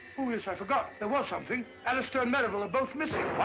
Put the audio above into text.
oh, yes, i forgot, there was something. alastair and merrivale are both